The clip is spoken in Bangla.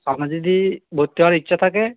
আপনার যদি ভর্তি হওয়ার ইচ্ছা থাকে